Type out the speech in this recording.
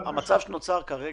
יינתן במסגרת עכשיו הפתיחה